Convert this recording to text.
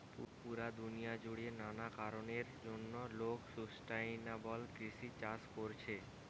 পুরা দুনিয়া জুড়ে নানা কারণের জন্যে লোক সুস্টাইনাবল কৃষি চাষ কোরছে